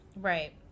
Right